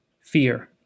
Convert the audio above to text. Fear